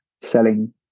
selling